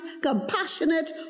compassionate